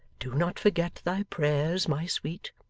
do not forget thy prayers, my sweet